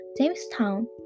Jamestown